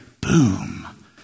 boom